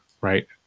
right